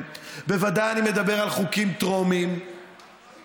בוודאי לא יקבלו תמיכה של